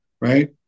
right